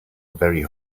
very